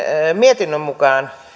mietinnön mukaan